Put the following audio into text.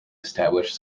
established